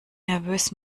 nervös